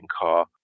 car